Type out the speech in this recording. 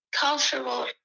comfortable